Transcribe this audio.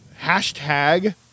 Hashtag